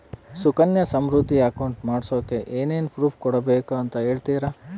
Sukanya Samriddhi account ಮಾಡಿಸೋಕೆ ಏನೇನು proof ಕೊಡಬೇಕು ಅಂತ ಹೇಳ್ತೇರಾ?